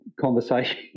conversation